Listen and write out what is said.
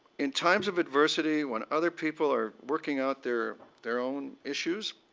in times of adversity when other people are working out their their own issues,